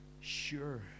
sure